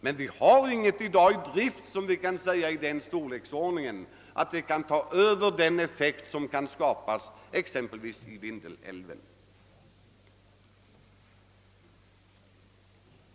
Men vi har i dag inget i drift som är av den storleksordningen att det kan överträffa den effekt som kan skapas exempelvis i Vindelälven.